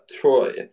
Troy